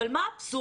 אבל מה האבסורד?